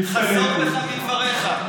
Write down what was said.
חזור בך מדבריך.